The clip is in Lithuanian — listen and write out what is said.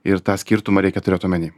ir tą skirtumą reikia turėt omeny